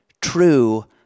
true